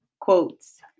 quotes